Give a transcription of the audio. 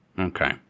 Okay